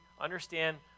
understand